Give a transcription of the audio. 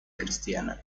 cristiana